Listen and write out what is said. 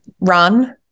run